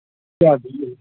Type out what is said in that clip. کیٛاہ دٔلیٖل